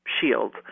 shield